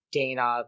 Dana